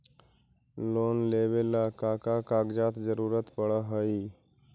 Loan लेवेला का का कागजात जरूरत पड़ हइ?